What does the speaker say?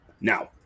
now